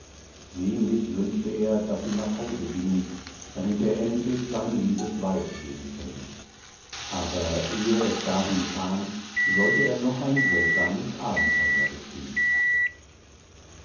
sehnlich wünschte er daß sie nach hause gingen damit er endlich sein liebes weib sehen könne aber ehe es dahin kam sollte er noch ein seltsames abenteuer bestehen